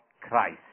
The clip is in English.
Christ